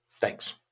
Thanks